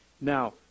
Now